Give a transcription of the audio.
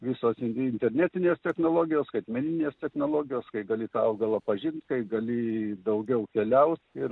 visos in internetinės technologijos skaitmeninės technologijos kai gali tą augalą pažint kai gali daugiau keliaut ir